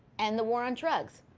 end the war on drugs.